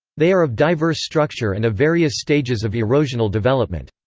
they are of diverse structure and of various stages of erosional development.